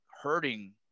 hurting